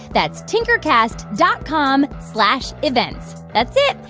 that's tinkercast dot com slash events. that's it.